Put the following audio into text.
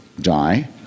die